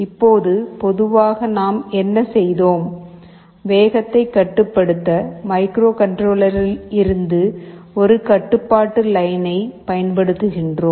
இப்போது பொதுவாக நாம் என்ன செய்தோம் வேகத்தைக் கட்டுப்படுத்த மைக்ரோகண்ட்ரோலரிலிருந்து ஒரு கட்டுப்பாட்டு லைனைப் பயன்படுத்துகிறோம்